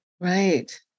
Right